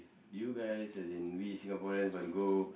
you guys as in we Singaporeans want to go